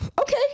Okay